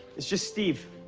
it's just steve.